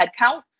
headcount